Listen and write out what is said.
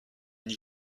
n’y